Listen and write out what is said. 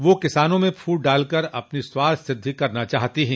वे किसानों में फूट डालकर अपनी स्वार्थ सिद्धि करना चाहत है